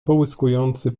połyskujący